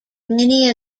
many